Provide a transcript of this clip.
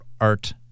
art